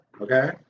Okay